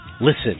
Listen